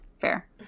fair